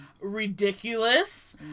Ridiculous